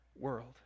world